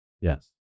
yes